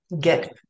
get